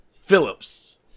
Phillips